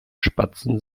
spatzen